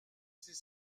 c’est